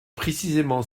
précisément